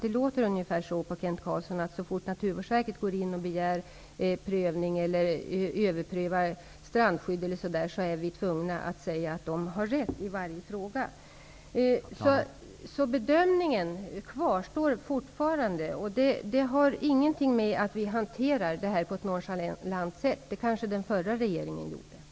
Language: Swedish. När man lyssnar på Kent Carlsson kan man få uppfattningen att vi, så fort Naturvårdsverket begär en prövning eller det sker en överprövning av strandskyddet t.ex., är tvungna att säga att man har rätt i varje fråga. Vår bedömning kvarstår således. Däremot handlar det här inte om att vi hanterar detta på ett nonchalant sätt, vilket den förra regeringen kanske gjorde.